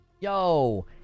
Yo